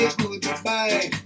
goodbye